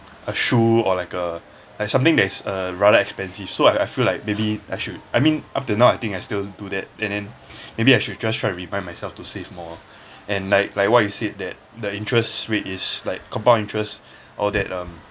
a shoe or like a like something that's uh rather expensive so I feel like maybe I should I mean up till now I think I still do that and then maybe I should just try to remind myself to save more and like like what you said that the interest rate is like compound interest all that um